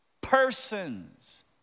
persons